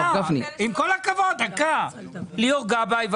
ליאור גבאי,